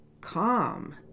calm